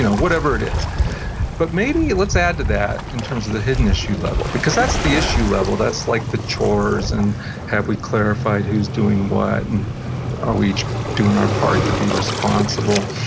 whatever it is but maybe let's add to that in terms of the hidden issue level, because that's the issue level, that's like the chores, and have we clarified who's doing what, and are we each doing our part to be responsible?